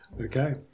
Okay